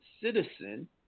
citizen